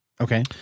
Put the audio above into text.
okay